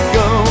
go